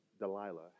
Delilah